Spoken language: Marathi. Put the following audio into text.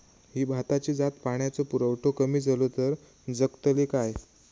ही भाताची जात पाण्याचो पुरवठो कमी जलो तर जगतली काय?